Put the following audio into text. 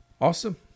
Awesome